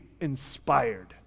inspired